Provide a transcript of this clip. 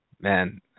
man –